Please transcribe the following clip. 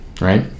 Right